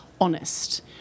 honest